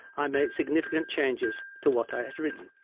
i made significant changes to what i had written.